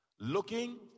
Looking